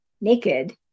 naked